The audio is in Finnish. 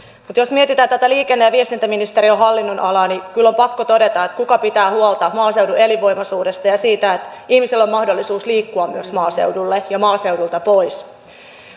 mutta jos mietitään tätä liikenne ja viestintäministeriön hallinnonalaa niin kyllä on pakko todeta että kuka pitää huolta maaseudun elinvoimaisuudesta ja siitä että ihmisillä on mahdollisuus liikkua myös maaseudulle ja maaseudulta pois